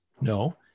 No